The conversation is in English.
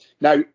Now